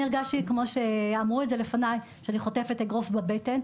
אני מייצג פה את הפורום שנקרא אמפטי"ה.